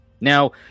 now